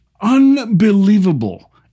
unbelievable